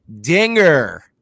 dinger